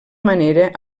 manera